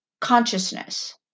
consciousness